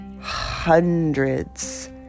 hundreds